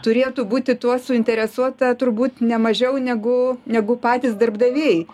turėtų būti tuo suinteresuota turbūt ne mažiau negu negu patys darbdaviai